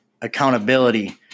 accountability